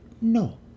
No